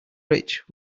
rich